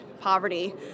poverty